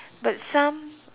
but some